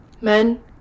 Men